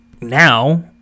now